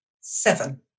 seven